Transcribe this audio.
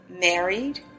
married